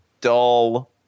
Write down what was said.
dull